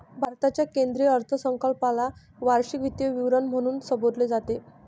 भारताच्या केंद्रीय अर्थसंकल्पाला वार्षिक वित्तीय विवरण म्हणून संबोधले जाते